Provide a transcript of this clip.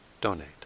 donate